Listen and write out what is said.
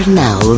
Now